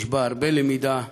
יש בה הרבה למידה,